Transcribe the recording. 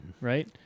right